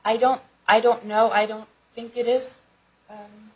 i don't i don't know i don't think it is